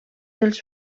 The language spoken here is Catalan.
els